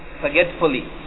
forgetfully